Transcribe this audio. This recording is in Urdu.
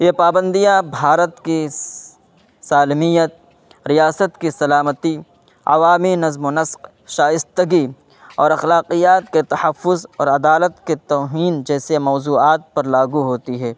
یہ پابندیاں بھارت کی سالمیت ریاست کی سلامتی عوامی نظم و نسق شائستگی اور اخلاقیات کے تحفظ اور عدالت کے توہین جیسے موضوعات پر لاگو ہوتی ہے